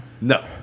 No